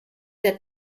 der